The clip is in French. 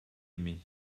aimés